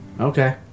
okay